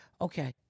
Okay